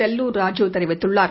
செல்லூர் ராஜூ தெரிவித்துள்ளார்